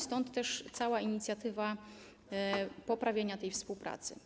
Stąd też inicjatywa poprawienia tej współpracy.